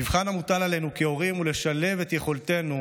המבחן המוטל עלינו כהורים הוא לשלב את יכולתנו